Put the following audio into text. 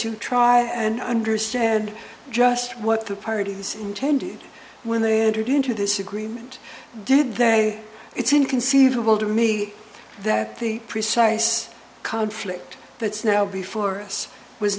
you try and understand just what the parties intended when they entered into this agreement did then it's inconceivable to me that the precise conflict that's now before us was